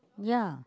yeah